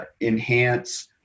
enhance